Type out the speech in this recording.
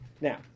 Now